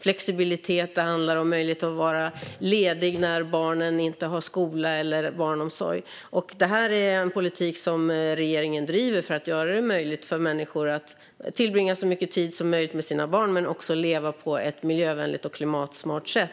flexibilitet och möjlighet att vara ledig när barnen inte har skola eller barnomsorg. Det är en politik som regeringen driver för att göra det möjligt för människor att tillbringa så mycket tid som möjligt med sina barn men också leva på ett miljövänligt och klimatsmart sätt.